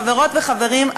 חברות וחברים,